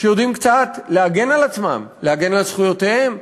שיודעים קצת להגן על עצמם, להגן על זכויותיהם,